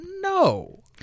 no